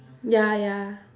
ya ya